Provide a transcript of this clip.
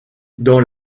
dans